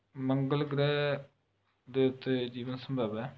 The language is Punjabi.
ਮੰਗਲ ਗ੍ਰਹਿ ਦੇ ਉੱਤੇ ਜੀਵਨ ਸੰਭਵ ਹੈ